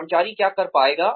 कर्मचारी क्या कर पाएगा